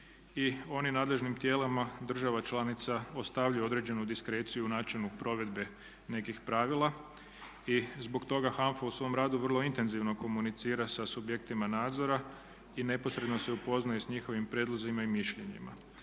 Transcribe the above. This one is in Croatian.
oni nadležnim tijelima država članica ostavljaju određenu diskreciju o načinu provedbe nekih pravila. Zbog toga HANFA u svom radu vrlo intenzivno komunicira sa subjektima nadzora i neposredno se upoznaje s njihovim prijedlozima i mišljenjima.